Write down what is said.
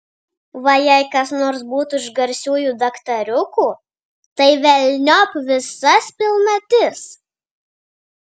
va jei kas nors būtų iš garsiųjų daktariukų tai velniop visas pilnatis